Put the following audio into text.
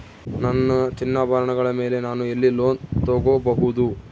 ನನ್ನ ಚಿನ್ನಾಭರಣಗಳ ಮೇಲೆ ನಾನು ಎಲ್ಲಿ ಲೋನ್ ತೊಗೊಬಹುದು?